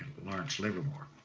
lawrence, livermore,